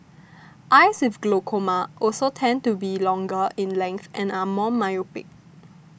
eyes with glaucoma also tended to be longer in length and are more myopic